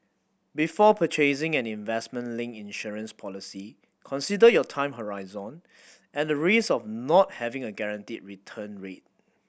before purchasing an investment linked insurance policy consider your time horizon and the risk of not having a guaranteed return rate